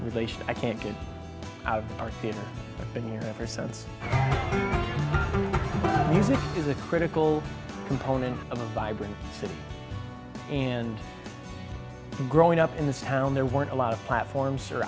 relation i can't get out of our theater been here ever since music is a critical component of a vibrant city and growing up in this town there weren't a lot of platforms or